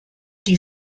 die